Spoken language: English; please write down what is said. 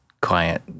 client